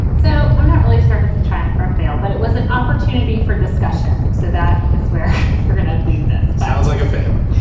so i'm not really sure if it's a triumph or a fail, but it wasn't opportunity for discussion. so that is where we're going to leave this. sounds like a fail.